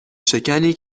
شکنی